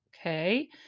Okay